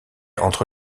entre